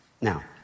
Now